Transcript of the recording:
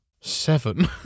Seven